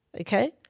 Okay